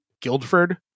Guildford